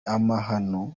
amahano